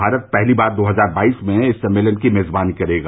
भारत पहली बार दो हजार बाईस में इस सम्मेलन की मेजबानी करेगा